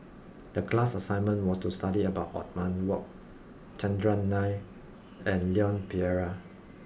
the class assignment was to study about Othman Wok Chandran Nair and Leon Perera